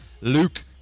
Luke